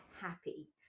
happy